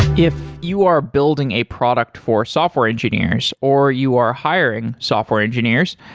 if you are building a product for software engineers, or you are hiring software engineers,